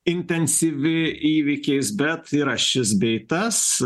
intensyvi įvykiais bet yra šis bei tas